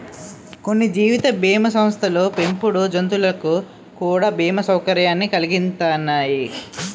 కొన్ని జీవిత బీమా సంస్థలు పెంపుడు జంతువులకు కూడా బీమా సౌకర్యాన్ని కలిగిత్తన్నాయి